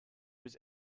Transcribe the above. was